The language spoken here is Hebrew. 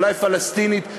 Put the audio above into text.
אולי פלסטינית,